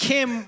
Kim